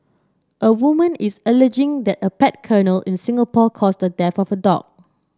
a woman is alleging that a pet kennel in Singapore caused the death of her dog